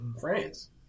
France